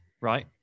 right